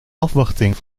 afwachting